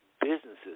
businesses